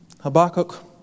Habakkuk